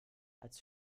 als